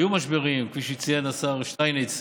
היו משברים, כפי שציין השר שטייניץ,